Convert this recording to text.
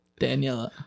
Daniela